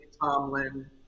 Tomlin